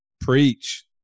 Preach